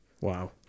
Wow